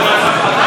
שהיא לא הרסה.